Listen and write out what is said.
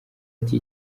ati